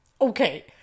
Okay